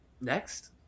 Next